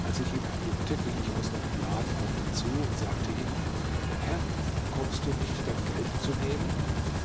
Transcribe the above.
als ich ihn erblickte ging ich aus meinem laden auf ihn zu und sagte ihm mein herr kommst du nicht dein geld zu nehmen